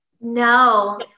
no